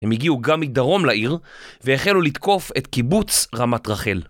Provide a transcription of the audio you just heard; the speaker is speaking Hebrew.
הם הגיעו גם מדרום לעיר והחלו לתקוף את קיבוץ רמת רחל